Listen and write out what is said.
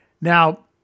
Now